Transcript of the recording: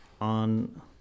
on